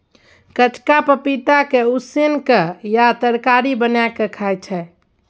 कचका पपीता के उसिन केँ या तरकारी बना केँ खाइ छै